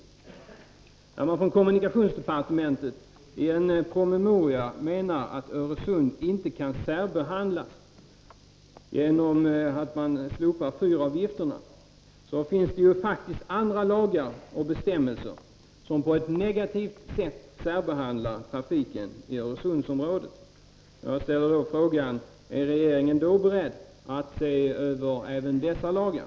I en promemoria från kommunikationsdepartementet skriver man att Öresund inte kan särbehandlas genom att man avstår från att ta ut fyravgifter. Men det finns faktiskt andra lagar och bestämmelser som på ett negativt sätt särbehandlar trafiken i Öresundsområdet. Jag ställer frågan: Är regeringen då beredd att se över även dessa lagar?